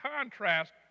contrast